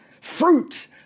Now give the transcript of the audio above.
Fruit